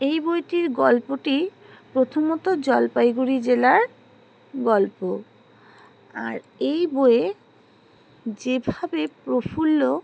এই বইটির গল্পটি প্রথমত জলপাইগুড়ি জেলার গল্প আর এই বইয়ে যেভাবে প্রফুল্ল